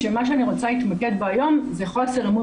כשמה שאני רוצה להתמקד בו היום זה חוסר אמון